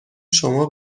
شما